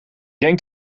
denk